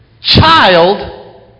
child